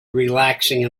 relaxing